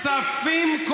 כספים,